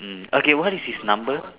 mm okay what is his number